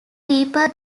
people